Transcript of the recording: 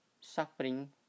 Suffering